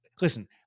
Listen